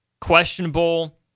questionable